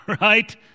right